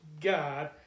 God